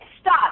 stop